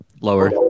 Lower